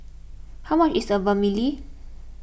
how much is Vermicelli